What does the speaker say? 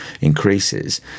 increases